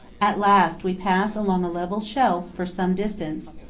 at last we pass along a level shelf for some distance,